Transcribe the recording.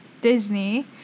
Disney